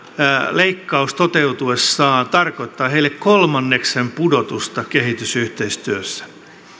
leikkaus toteutuessaan tarkoittaa heille kolmanneksen pudotusta kehitysyhteistyössä